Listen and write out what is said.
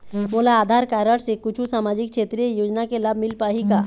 मोला आधार कारड से कुछू सामाजिक क्षेत्रीय योजना के लाभ मिल पाही का?